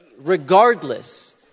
regardless